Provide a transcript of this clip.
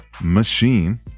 machine